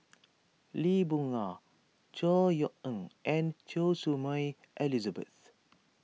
Lee Boon Ngan Chor Yeok Eng and Choy Su Moi Elizabeth